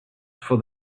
for